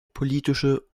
politische